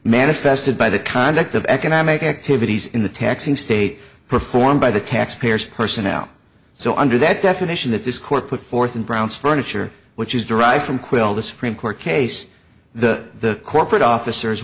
manifested by the conduct of economic activities in the taxing state performed by the taxpayers personnel so under that definition that this court put forth and brown's furniture which is derived from quill the supreme court case the corporate officers